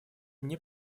мне